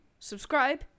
Subscribe